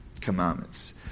commandments